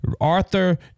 Arthur